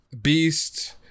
beast